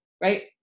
right